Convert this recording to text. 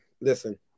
listen